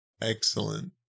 Excellent